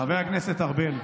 חבר הכנסת ארבל,